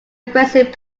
aggressive